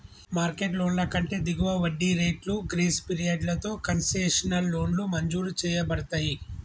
market లోన్ల కంటే దిగువ వడ్డీ రేట్లు, గ్రేస్ పీరియడ్లతో కన్సెషనల్ లోన్లు మంజూరు చేయబడతయ్